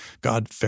God